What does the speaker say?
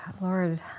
Lord